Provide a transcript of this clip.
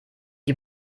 die